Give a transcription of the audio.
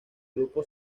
grupo